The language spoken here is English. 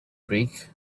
trick